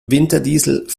winterdiesel